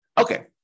Okay